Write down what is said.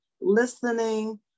listening